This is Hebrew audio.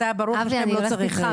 ברוך השם, אתה לא צריך רגל.